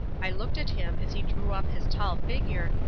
i looked at him as he drew up his tall figure,